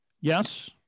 Yes